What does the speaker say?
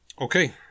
Okay